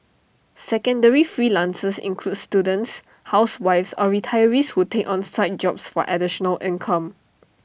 secondary freelancers includes students housewives or retirees who take on side jobs for additional income